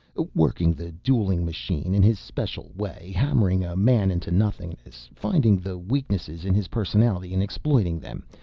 working the dueling machine in his special way, hammering a man into nothingness, finding the weaknesses in his personality and exploiting them,